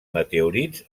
meteorits